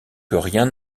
rien